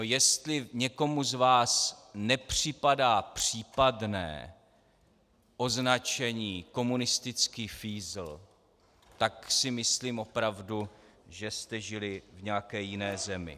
Jestli někomu z vás nepřipadá případné označení komunistický fízl, tak si myslím opravdu, že jste žili v nějaké jiné zemi.